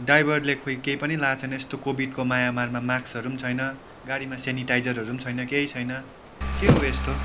ड्राइभरले खोई केही पनि लाएको छैन यस्तो कोभिडको माहामारीमा मास्कहरू पनि छैन गाडीमा सेनिटाइजरहरू पनि छैन केही छैन के हो यस्तो